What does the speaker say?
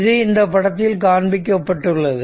இது இந்த படத்தில் காண்பிக்கப்பட்டுள்ளது